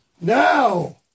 Now